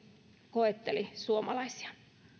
koetteli suomalaisia